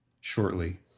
shortly